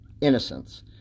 innocence